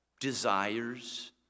desires